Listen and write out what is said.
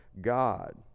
God